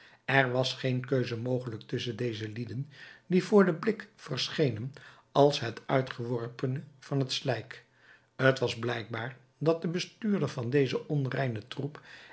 er was geen keuze mogelijk tusschen deze lieden die voor den blik verschenen als het uitgeworpene van het slijk t was blijkbaar dat de bestuurder van dezen onreinen troep